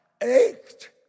ached